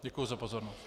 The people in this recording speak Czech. Děkuji za pozornost.